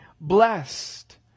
blessed